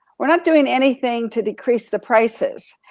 we're not doing anything to decrease the prices.